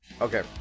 Okay